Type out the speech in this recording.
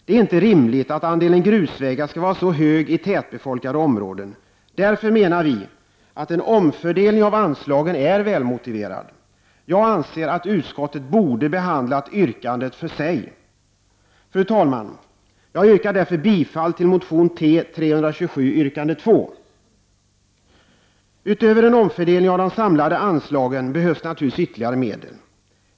Det är inte rimligt att andelen grusvägar skall vara så hög i tätbefolkade områden. Därför menar vi att en omfördelning av anslagen är välmotiverad. Jag anser att utskottet borde ha behandlat yrkandet för sig. Fru talman! Jag yrkar därför bifall till motion T327 yrkande 2. Utöver en omfördelning av de samlade anslagen behövs naturligtvis ytterligare medel.